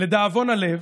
לדאבון הלב